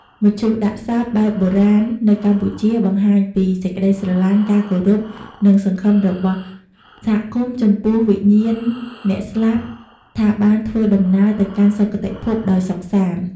មឈូសដាក់សពបែបបុរាណនៅកម្ពុជា បង្ហាញពីសេចក្ដីស្រឡាញ់ ការគោរព និង សង្ឃឹមរបស់សហគមន៍ចំពោះវិញ្ញាណអ្នកស្លាប់ ថាបានធ្វើដំណើរទៅកាន់សុគតិភពដោយសុខសាន្ដ។